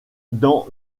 dans